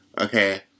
Okay